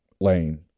Lane